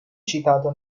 citato